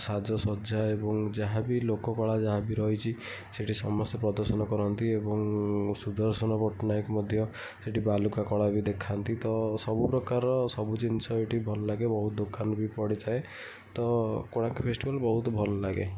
ସାଜସଜ୍ଜା ଏବଂ ଯାହାବି ଲୋକ କଳା ଯାହାବି ରହିଛି ସେଠି ସମସ୍ତେ ପ୍ରଦର୍ଶନ କରନ୍ତି ଏବଂ ସୁଦର୍ଶନ ପଟ୍ଟନାୟକ ମଧ୍ୟ ସେଠି ବାଲୁକା କଳା ବି ଦେଖାନ୍ତି ତ ସବୁ ପ୍ରକାର ସବୁ ଜିନିଷ ଏଠି ଭଲ ଲାଗେ ବହୁତ ଦୋକାନ ବି ପଡ଼ିଥାଏ ତ କୋଣାର୍କ ଫେଷ୍ଟିଭାଲ୍ ବହୁତ ଭଲଲାଗେ